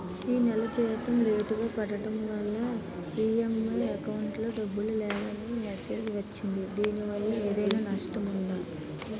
ఈ నెల జీతం లేటుగా పడటం వల్ల ఇ.ఎం.ఐ అకౌంట్ లో డబ్బులు లేవని మెసేజ్ వచ్చిందిదీనివల్ల ఏదైనా నష్టం ఉందా?